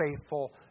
faithful